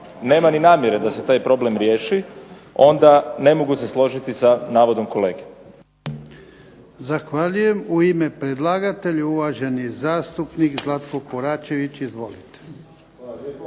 nema ni namjere da se taj problem riješi onda ne mogu se složiti sa navodom kolege.